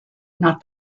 not